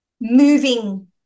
moving